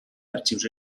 arxius